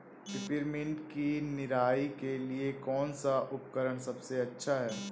Peppermint की निराई के लिए कौन सा उपकरण सबसे अच्छा है?